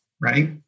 right